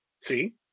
See